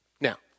Now